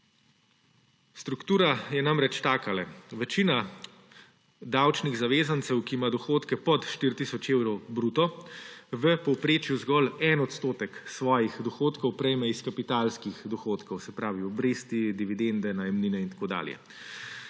Struktura je namreč taka: večina davčnih zavezancev, ki ima dohodke pod 4 tisoč evrov bruto, v povprečju zgolj en odstotek svojih dohodkov prejme iz kapitalskih dohodkov. Se pravi, obresti, dividende, najemnine in tako dalje.